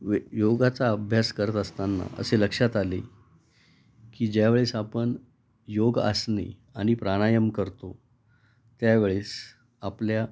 व योगाचा अभ्यास करत असताना असे लक्षात आले की ज्यावेळेस आपण योग आसने आणि प्राणायाम करतो त्यावेळेस आपल्या